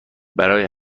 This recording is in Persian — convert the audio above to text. برای